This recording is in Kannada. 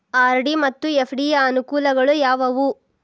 ಆರ್.ಡಿ ಮತ್ತು ಎಫ್.ಡಿ ಯ ಅನುಕೂಲಗಳು ಯಾವವು?